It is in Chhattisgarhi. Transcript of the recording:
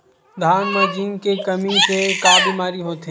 धान म जिंक के कमी से का बीमारी होथे?